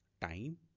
time